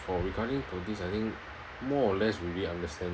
for regarding for this I think more or less we already understand